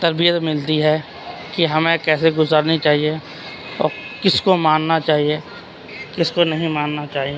تربیت ملتی ہے کہ ہمیں کیسے گزارنی چاہیے اور کس کو ماننا چاہیے کس کو نہیں ماننا چاہیے